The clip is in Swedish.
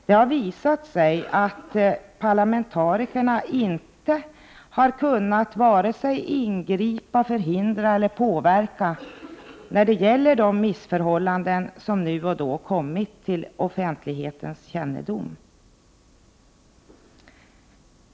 Det har visat sig att parlamentarikerna inte har kunnat vare sig ingripa, förhindra eller påverka de missförhållanden som nu och då kommit till offentlighetens kännedom.